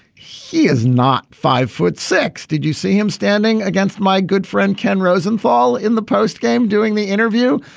he is not five foot six. did you see him standing against my good friend ken rosenthal in the postgame doing the interview.